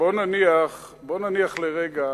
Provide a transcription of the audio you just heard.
בוא נניח לרגע